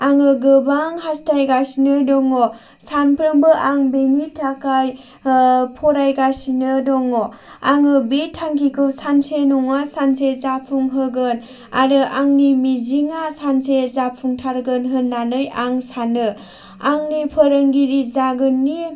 आङो गोबां हास्थाय गासिनो दङ सानफ्रोमबो आं बेनि थाखाय फरायगासिनो दङ आङो बे थांखिखौ सानसे नङा सानसे जाफुंहोगोन आरो आंनि मिजिङा सानसे जाफुंथारगोन होननानै आं सानो आंनि फोरोंगिरि जागोननि